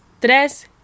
tres